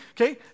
Okay